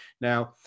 now